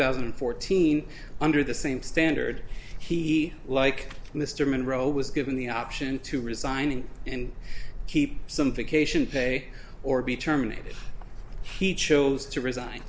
thousand and fourteen under the same standard he like mr monroe was given the option to resigning and keep something cation pay or be terminated he chose to resign